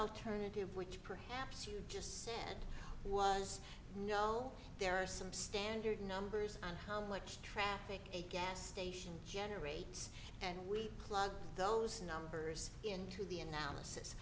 alternative which perhaps you just said was no there are some standard numbers on how much traffic a gas station generates and we plug those numbers into the analysis